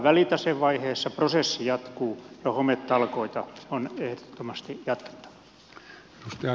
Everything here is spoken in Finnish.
prosessi jatkuu ja hometalkoita on ehdottomasti jatkettava